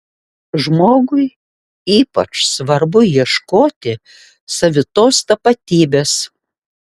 žmogui ypač svarbu ieškoti savitos tapatybės